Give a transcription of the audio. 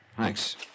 Thanks